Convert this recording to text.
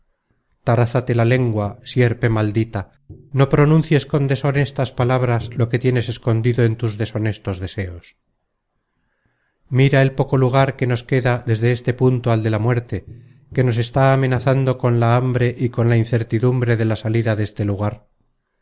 esclavo tarázate la lengua sierpe maldita no pronuncies con deshonestas palabras lo que tienes escondido en tus deshonestos deseos mira el poco lugar que nos queda desde este punto al de la muerte que nos está amenazando con la hambre y con la incertidumbre de la salida deste lugar